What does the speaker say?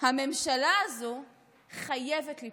הממשלה הזו חייבת ליפול,